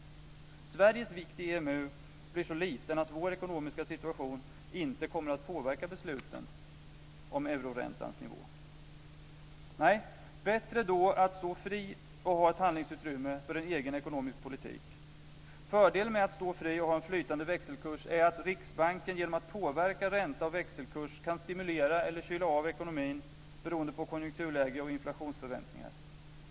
Sveriges vikt i EMU blir så liten att vår ekonomiska situation inte kommer att påverka besluten om euroräntans nivå. Nej, bättre då att stå fri och ha ett handlingsutrymme för en egen ekonomisk politik. Fördelen med att stå fri och ha en flytande växelkurs är att Riksbanken genom att påverka ränta och växelkurs kan stimulera eller kyla av ekonomin beroende på konjunkturläge och inflationsförväntningar.